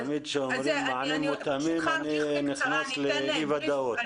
תמיד כשאומרים אותו אני נכנס לאי וודאות-